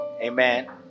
Amen